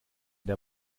der